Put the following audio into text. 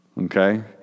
Okay